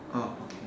oh okay